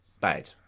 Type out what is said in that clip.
bad